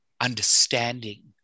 understanding